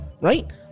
right